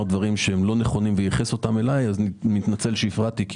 דברים שהם לא נכונים וייחס אותם אליי אני מתנצל שהפרעתי,